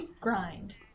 grind